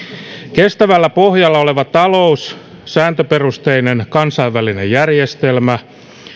kestävällä pohjalla oleva talous sääntöperusteinen kansainvälinen järjestelmä